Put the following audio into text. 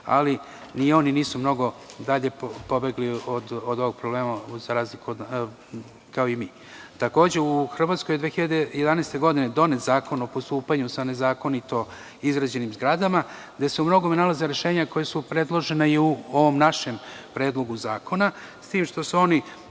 ali ni oni nisu mnogo dalje pobegli od ovog problema, kao i mi. Takođe, u Hrvatskoj je 2011. godine donet Zakon o postupanju sa nezakonito izgrađenim zgradama, gde se u mnogome nalaze rešenja koja su predložena i u ovom našem Predlogu zakona, s tim što su oni,